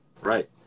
Right